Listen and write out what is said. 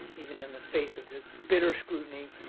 even in the face of just bitter scrutiny